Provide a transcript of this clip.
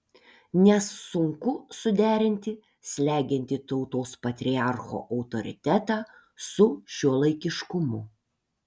nes sunku suderinti slegiantį tautos patriarcho autoritetą su šiuolaikiškumu